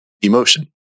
emotion